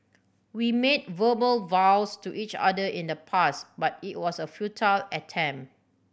we made verbal vows to each other in the past but it was a futile